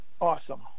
awesome